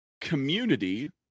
Community